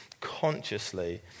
consciously